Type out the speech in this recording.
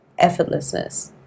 effortlessness